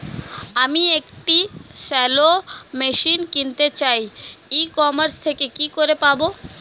আমি একটি shallow machine কিনতে চাই ই কমার্স থেকে কি করে পাবো?